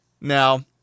Now